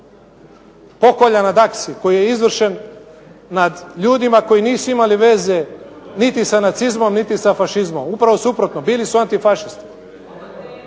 pokolja na Daksi koji je izvršen nad ljudima koji nisu imali veze niti sa nacizmom niti sa fašizmom, upravo suprotno bili su antifašisti.